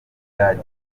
amaze